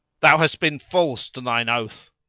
thou hast been false to thine oath.